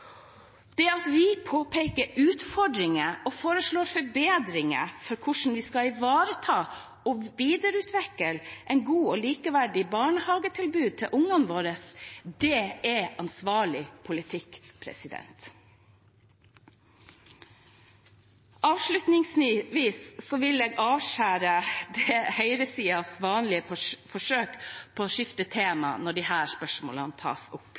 Det at vi påpeker utfordringer og foreslår forbedringer for hvordan vi skal ivareta og videreutvikle et godt og likeverdig barnehagetilbud til ungene våre, er ansvarlig politikk. Avslutningsvis vil jeg avskjære høyresidens vanlige forsøk på å skifte tema når disse spørsmålene tas opp.